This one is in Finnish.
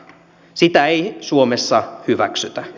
sitä ei suomessa hyväksytä